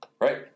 right